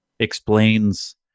explains